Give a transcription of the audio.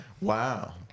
Wow